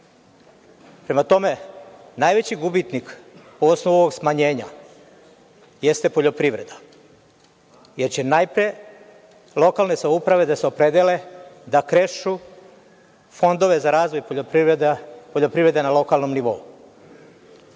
tome, najveći gubitnik po osnovu ovog smanjenja jeste poljoprivreda, jer će najpre lokalne samouprave da se opredele da krešu fondove za razvoj poljoprivrede na lokalnom nivou. Želim